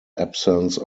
absence